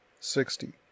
Sixty